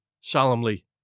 solemnly